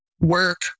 work